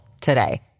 today